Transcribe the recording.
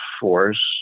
force